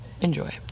Enjoy